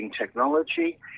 technology